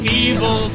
evil